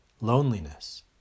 loneliness